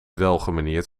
welgemanierd